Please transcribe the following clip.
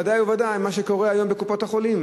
ודאי וודאי מה שקורה היום בקופות-החולים.